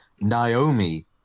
Naomi